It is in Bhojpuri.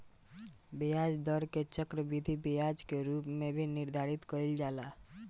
ब्याज दर के चक्रवृद्धि ब्याज के रूप में भी निर्धारित कईल जाला